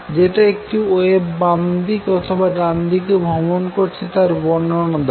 যেটা একটি ওয়েভ বামদিক অথবা ডানদিকে ভ্রমন করছে তার বর্ণনা দেয়